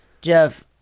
Jeff